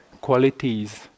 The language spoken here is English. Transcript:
qualities